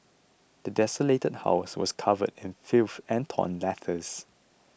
the desolated house was covered in filth and torn letters